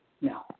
No